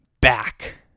back